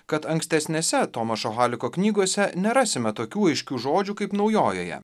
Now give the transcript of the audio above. kad ankstesnėse tomašo haliko knygose nerasime tokių aiškių žodžių kaip naujojoje